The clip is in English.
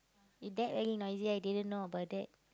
is that very noisy I didn't know about that